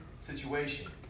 situation